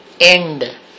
end